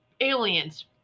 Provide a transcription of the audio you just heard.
aliens